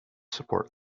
support